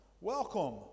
welcome